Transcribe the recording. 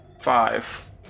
five